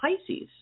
Pisces